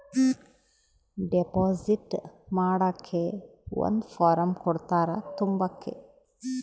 deposit ಮಾಡಕ್ಕೆ ಒಂದ್ form ಕೊಡ್ತಾರ ತುಂಬಕ್ಕೆ